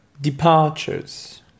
departures